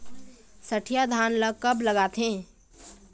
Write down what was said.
सठिया धान ला कब लगाथें?